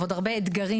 ועוד הרבה אתגרים.